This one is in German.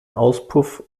auspuff